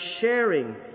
sharing